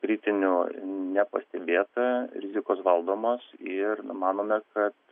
kritinių nepastebėta rizikos valdomos ir numanome kad